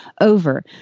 over